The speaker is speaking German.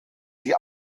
sie